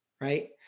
right